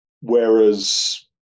whereas